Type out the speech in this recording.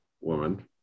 woman